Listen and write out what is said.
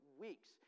Weeks